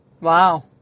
Wow